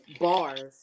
bars